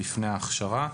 לפני ההכשרה,